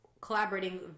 collaborating